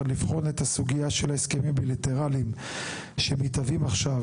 לבחון את הסוגייה של הסכמים בילטרליים שמתהווים עכשיו,